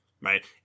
right